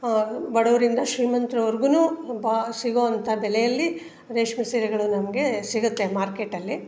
ಬಡವರಿಂದ ಶ್ರೀಮಂತ್ರವರೆಗೂ ಅಬ್ಬಾ ಸಿಗುವಂಥ ಬೆಲೆಯಲ್ಲಿ ರೇಷ್ಮೆ ಸೀರೆಗಳು ನಮಗೆ ಸಿಗುತ್ತೆ ಮಾರ್ಕೇಟಲ್ಲಿ